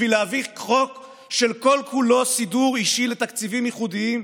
בשביל להביא חוק שכל-כולו סידור אישי לתקציבים ייחודיים,